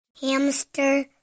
Hamster